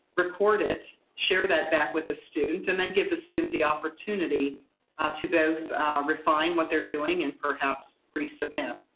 record it, share that back with the student, and then give the student the opportunity to both refine what they're doing and perhaps resubmit.